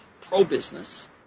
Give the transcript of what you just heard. pro-business